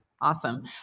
Awesome